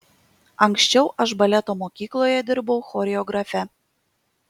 anksčiau aš baleto mokykloje dirbau choreografe